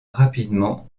rapidement